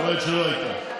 היא אומרת שלא הייתה.